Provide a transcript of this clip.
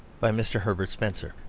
by mr. herbert spencer.